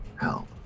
help